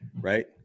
right